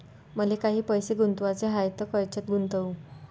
मले काही पैसे गुंतवाचे हाय तर कायच्यात गुंतवू?